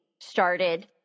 started